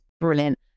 Brilliant